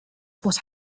what